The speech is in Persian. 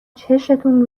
چشتون